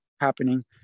happening